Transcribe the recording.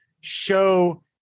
show